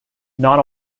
not